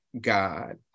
God